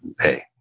Hey